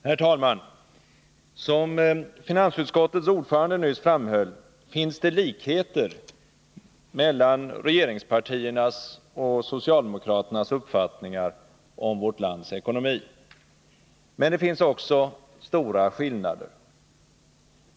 Herr talman! Som finansutskottets ordförande nyss framhöll finns det likheter mellan regeringspartiernas och socialdemokraternas uppfattningar om vårt lands ekonomi. Men det finns också skillnader.